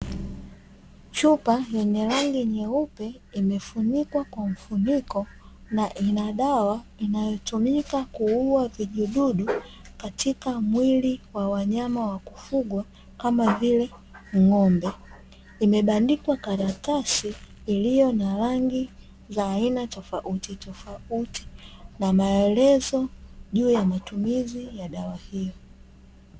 Chupa yenye rangi nyeupe, imefunikwa kwa mfuniko na ina dawa inayotumika kuua vijidudu katika mwili wa wanyama wa kufugwa, kama vile ng'ombe, imebandikwa karatasi iliyo na rangi za aina tofautitofauti na maelezo juu ya matumizi ya dawa hii.